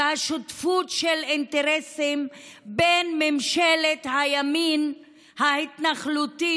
ושותפות של אינטרסים בין ממשלת הימין ההתנחלותי